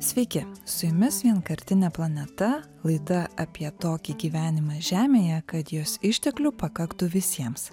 sveiki su jumis vienkartinė planeta laida apie tokį gyvenimą žemėje kad jos išteklių pakaktų visiems